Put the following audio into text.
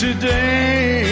Today